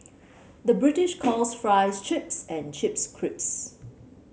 the British calls fries chips and chips crisps